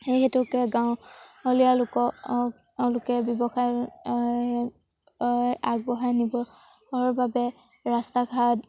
সেই হেতুকে গাঁৱলীয়া লোকক তেওঁলোকে ব্যৱসায় আগবঢ়াই নিবৰ বাবে ৰাস্তা ঘাট